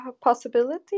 possibility